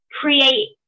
create